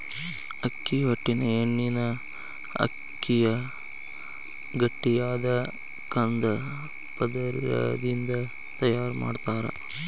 ಅಕ್ಕಿ ಹೊಟ್ಟಿನ ಎಣ್ಣಿನ ಅಕ್ಕಿಯ ಗಟ್ಟಿಯಾದ ಕಂದ ಪದರದಿಂದ ತಯಾರ್ ಮಾಡ್ತಾರ